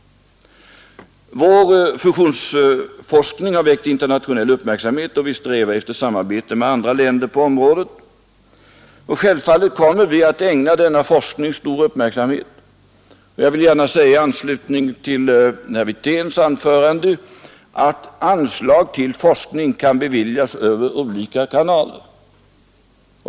Vår fusionsforskning har väckt internationell uppmärksamhet, och vi strävar efter samarbete med andra länder på området. Självfallet kommer vi att ägna denna forskning stor uppmärksamhet. Jag vill gärna i anslutning till herr Wirténs anförande framhålla att anslag till forskning kan beviljas över olika kanaler.